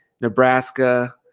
Nebraska